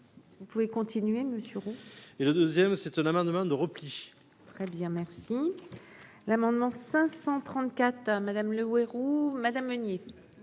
Vous pouvez continuer monsieur Ro. Et le 2ème, c'est un amendement de repli. Très bien, merci l'amendement 534 madame Le Houerou madame Meunier,